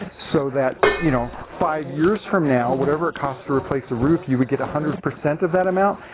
so that you know five years from now whatever it costs to replace a roof you would get a hundred percent of that amount,